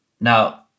Now